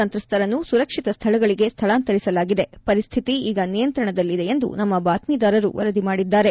ಸಂತ್ರಸ್ತರನ್ನು ಸುರಕ್ಷಿತ ಸ್ವಳಗಳಿಗೆ ಸ್ವಳಾಂತರಿಸಲಾಗಿದೆ ಪರಿಸ್ವಿತಿ ಈಗ ನಿಯಂತ್ರಣದಲ್ಲಿದೆ ಎಂದು ನಮ್ಮ ಬಾತ್ತೀದಾರರು ವರದಿ ಮಾಡಿದ್ದಾರೆ